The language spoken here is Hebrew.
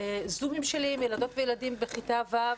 שבזומים שלי עם ילדות וילדים בכיתה ו',